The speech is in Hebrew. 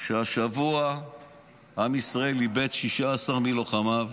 כשהשבוע עם ישראל איבד 16 מלוחמיו.